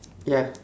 ya